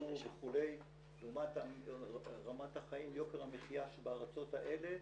יורו וכו' לעומת יוקר המחיה שבארצות האלה,